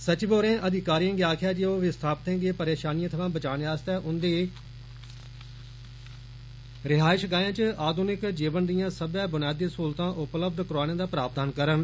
सचिव होरें अधिकारियें गी आक्खेया जे ओ विस्थापितें गी रेशानियें थ्वां बचाने आस्तै उन्दी रिहायशगाहें च आधुनिक जीवन दियां सब्बै बुनियादी सूहलतां उ लब्ध करोआने दा प्रावधान करन